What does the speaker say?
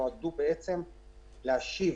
נועדו להשיב